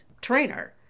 trainer